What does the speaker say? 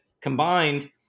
combined